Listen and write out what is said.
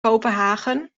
kopenhagen